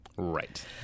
Right